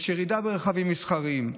יש ירידה ברכבים מסחריים.